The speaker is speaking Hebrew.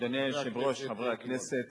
אדוני היושב-ראש, חברי הכנסת,